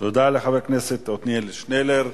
תודה לחבר הכנסת עתניאל שנלר.